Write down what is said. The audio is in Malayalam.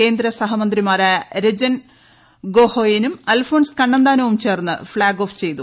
കേന്ദ്ര സഹമന്ത്രിമാരായ രജൻ ഗോഹൊയ്നും അൽഫോൺസ് കണ്ണന്താനവും ചേർന്ന് ഫ്ളാഗ് ഓഫ് ചെയ്തു